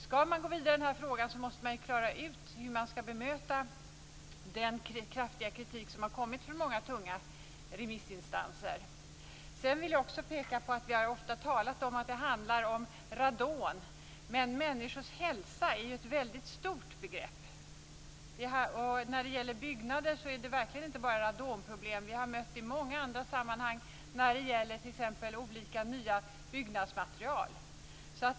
Skall man gå vidare i den här frågan måste man klara ut hur man skall bemöta den kraftiga kritik som har kommit från många tunga remissinstanser. Sedan vill jag också peka på att vi ofta har talat om att det handlar om radon, men människors hälsa är ett mycket stort begrepp. När det gäller byggnader är det verkligen inte bara radonproblem. Vi har mött problem i många andra sammanhang när det t.ex. gäller olika nya byggnadsmaterial.